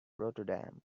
rotterdam